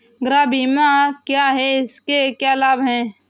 गृह बीमा क्या है इसके क्या लाभ हैं?